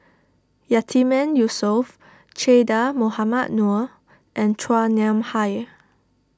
Yatiman Yusof Che Dah Mohamed Noor and Chua Nam Hai